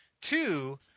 Two